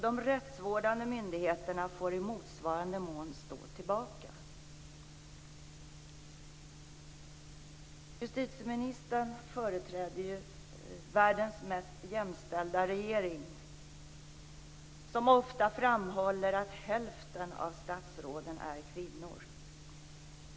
De rättsvårdande myndigheterna får i motsvarande mån stå tillbaka. Justitieministern företräder ju världens mest jämställda regering som ofta framhåller att hälften av statsråden är kvinnor.